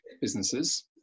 businesses